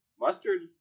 Mustard